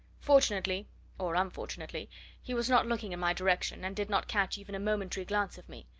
fortunately or unfortunately he was not looking in my direction, and did not catch even a momentary glance of me,